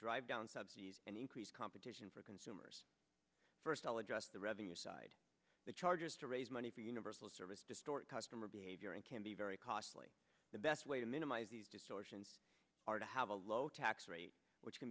drive down subsidies and increase competition for consumers first i'll address the revenue side the chargers to raise money for universal service distort customer behavior and can be very costly the best way to minimize these distortions are to have a low tax rate which can